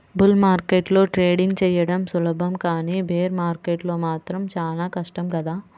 bull మార్కెట్లో trading చెయ్యడం సులభం కానీ బేర్ మార్కెట్లో మాత్రం చానా కష్టం కదా